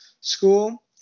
school